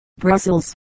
Brussels